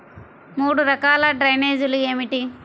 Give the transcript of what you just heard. మూడు రకాల డ్రైనేజీలు ఏమిటి?